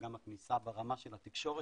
וגם הכניסה ברמה של התקשורת,